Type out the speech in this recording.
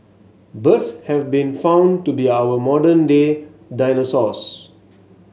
birds have been found to be our modern day dinosaurs